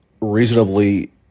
reasonably